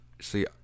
see